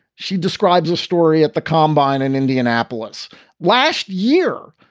she describes a story at the combine in indianapolis last year.